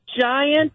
giant